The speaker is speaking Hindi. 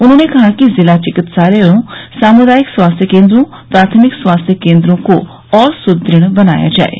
उन्होंने कहा कि जिला चिकित्सालयों सामुदायिक स्वास्थ्य केन्द्रों प्राथमिक स्वास्थ्य केन्द्रों को और सुदृढ़ बनाया जाये